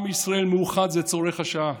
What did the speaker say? עם ישראל מאוחד זה צורך השעה.